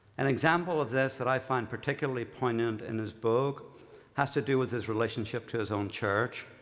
an example of this that i find particularly poignant in his book has to do with his relationship to his own church.